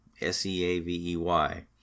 S-E-A-V-E-Y